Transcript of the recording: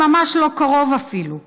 לא, זה ממש לא קרוב אפילו.